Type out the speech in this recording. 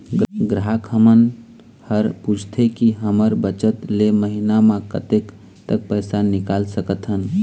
ग्राहक हमन हर पूछथें की हमर बचत ले महीना मा कतेक तक पैसा निकाल सकथन?